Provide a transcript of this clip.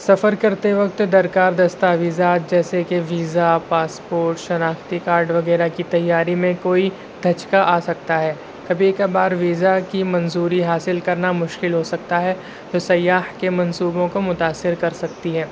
سفر کرتے وقت درکار دستاویزات جیسے کہ ویزا پاسپورٹ شناختی کارڈ وغیرہ کی تیاری میں کوئی دھچکا آ سکتا ہے کبھی کبھار ویزا کی منظوری حاصل کرنا مشکل ہو سکتا ہے وہ سیاح کے منصوبوں کو متاثر کر سکتی ہے